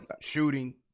shooting